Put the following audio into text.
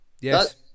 yes